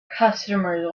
customers